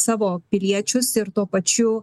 savo piliečius ir tuo pačiu